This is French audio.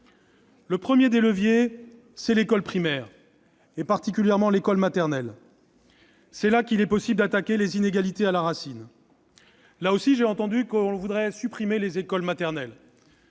Le premier des leviers est l'école primaire, tout particulièrement l'école maternelle. C'est là qu'il est possible d'attaquer les inégalités à la racine. Là aussi, j'ai entendu dire que le Gouvernement voulait supprimer les écoles maternelles.